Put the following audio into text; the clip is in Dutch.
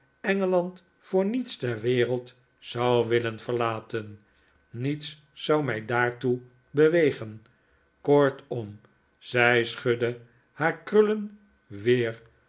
engeland voor niets ter wereld zou willen verlaten niets zou mij daartoe bewegen kortom zij schudde haar krullen weer